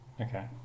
Okay